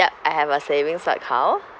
yup I have a savings account